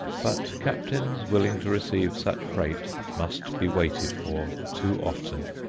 but captains willing to receive such freight must be waited for too often.